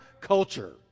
culture